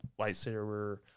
lightsaber